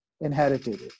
inherited